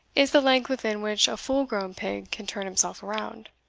is the length within which a full-grown pig can turn himself round.